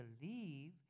believe